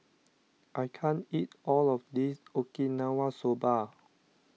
I can't eat all of this Okinawa Soba